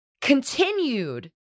continued